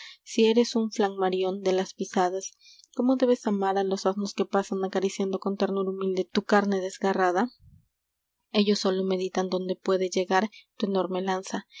si eres un flanmarión de las pisadas cómo debes amar a los asnos que pasan acariciando con ternura humilde tu carne desgarrada ellos solos meditan donde puede llegar tu enorme lanza